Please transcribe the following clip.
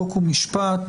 חוק ומשפט,